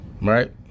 Right